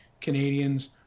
Canadians